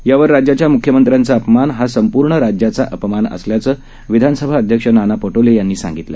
यावर राज्याच्यामुख्यमंत्र्यांचाअपमानहासंपूर्णराज्याचाअपमानअसल्याचंविधानसभाअध्यक्षनानापटोलेयांनीसां गितलं